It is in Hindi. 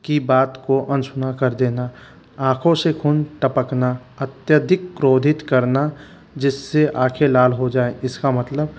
की बात को अनसुना कर देना आँखों से खून टपकना अत्याधिक क्रोधित करना जिससे आँखे लाल हो जाए इसका मतलब